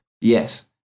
Yes